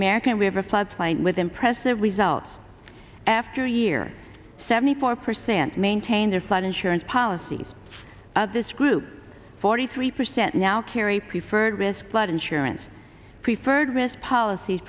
american river flood plain with impressive results after a year seventy four percent maintain their flood insurance policies of this group forty three percent now carry preferred risk flood insurance p